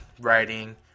writing